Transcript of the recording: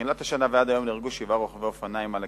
מתחילת השנה ועד היום נהרגו שבעה רוכבי אופניים על הכבישים,